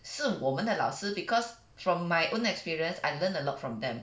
是我们的老师 because from my own experience I learn a lot from them